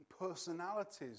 personalities